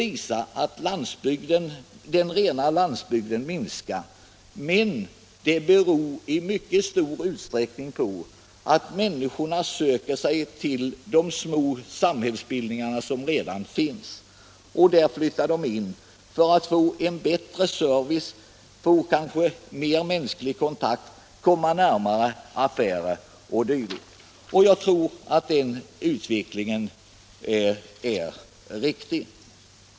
Av detta framgår att den rena landsbygden minskar. Men det beror i mycket stor utsträckning på att människorna söker sig till de små samhällsbildningar som redan finns. Dit flyttar de för att få bättre service och kanske mer mänsklig kontakt, komma närmare affärer o. d. Den utvecklingen är förmodligen riktig.